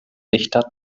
dichter